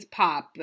pop